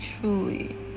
truly